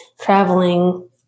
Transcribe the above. traveling